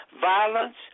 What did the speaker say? violence